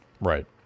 right